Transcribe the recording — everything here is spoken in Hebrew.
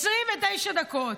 29 דקות.